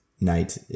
night